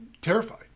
terrified